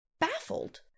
baffled